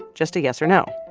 just a yes or no.